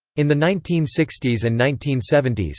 in the nineteen sixty s and nineteen seventy s,